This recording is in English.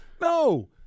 no